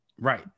Right